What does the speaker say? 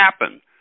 happen